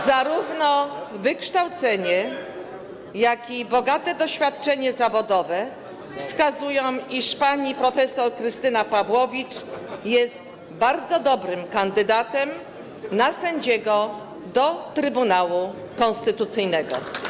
Zarówno wykształcenie, jak i bogate doświadczenie zawodowe wskazują, iż pani prof. Krystyna Pawłowicz jest bardzo dobrym kandydatem na sędziego Trybunału Konstytucyjnego.